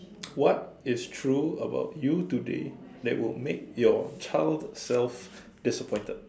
what is true about you today that will make your child self disappointed